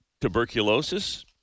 tuberculosis